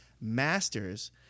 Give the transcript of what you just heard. master's